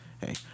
hey